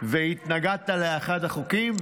והתנגדת לאחד החוקים,